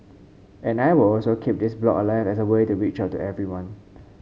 and I will also keep this blog alive as a way to reach out to everyone